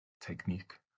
technique